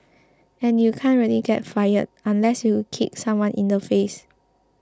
and you can't really get fired unless you kicked someone in the face